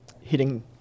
hitting